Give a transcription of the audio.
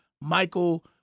Michael